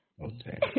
Okay